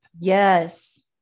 Yes